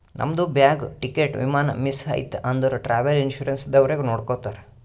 ನಮ್ದು bag, ticket, ವಿಮಾನ miss ಐಯ್ತ ಅಂದುರ್ ಟ್ರಾವೆಲ್ ಇನ್ಸೂರೆನ್ಸ್ ದವ್ರೆ ನೋಡ್ಕೊತ್ತಾರ್